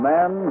Man